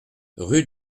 rue